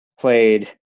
played